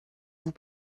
vous